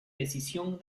decisión